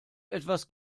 etwas